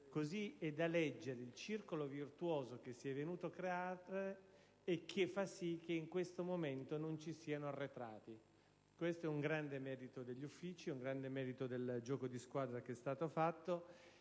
così è da leggere il circolo virtuoso che si è venuto a creare e che fa sì che in questo momento non ci siano arretrati. Questo è un grande merito degli Uffici e del gioco di squadra che è stato fatto.